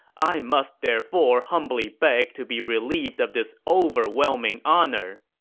i must therefore humbly beg to be relieved of this overwhelming honor.